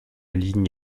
ligne